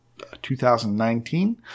2019